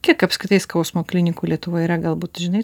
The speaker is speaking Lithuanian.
kiek apskritai skausmo klinikų lietuvoje yra galbūt žinai